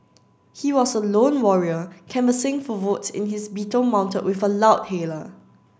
he was a lone warrior canvassing for votes in his Beetle mounted with a loudhailer